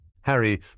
Harry